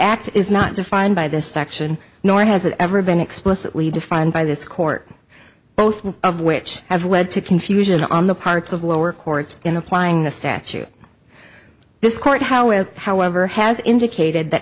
act is not defined by this action nor has it ever been explicitly defined by this court both of which have led to confusion on the parts of lower courts in applying the statute this court how as however has indicated that